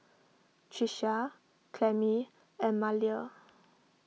Tricia Clemie and Maleah